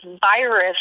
virus